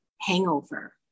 hangover